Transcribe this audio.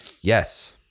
Yes